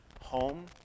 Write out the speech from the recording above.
home